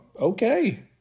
Okay